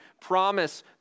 promise